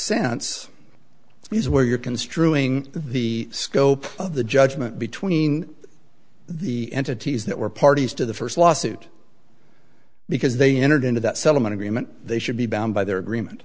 sense is where you're construing the scope of the judgment between the entities that were parties to the first lawsuit because they entered into that settlement agreement they should be bound by their agreement